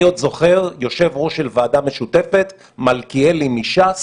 אני עוד זוכר יושב-ראש ראש של ועדה משותפת מיכאלי מש"ס